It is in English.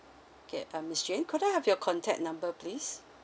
K uh miss jane could I have your contact number please